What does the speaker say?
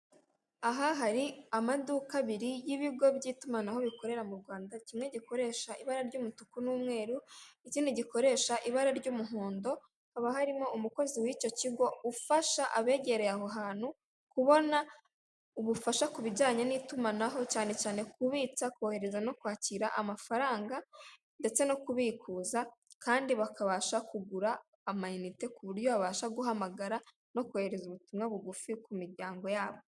Aha hari amaduka abiri y'ibigo by'itumanaho bikorera mu Rwanda, kimwe gikoresha ibara ry'umutuku n'umweru, ikindi gikoresha ibara ry'umuhondo, haba harimo umukozi w'icyo kigo ufasha abegereye aho hantu kubona ubufasha ku bijyanye n'itumanaho cyane cyane kubitsa, kohereza no kwakira amafaranga ndetse no kubikuza, kandi bakabasha kugura amayinite ku buryo babasha guhamagara no kohereza ubutumwa bugufi ku miryango yabo.